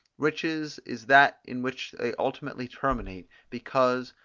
riches is that in which they ultimately terminate, because,